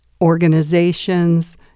organizations